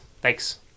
Thanks